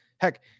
Heck